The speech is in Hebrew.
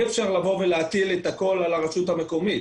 אי אפשר לבוא ולהטיל את הכול על הרשות המקומית.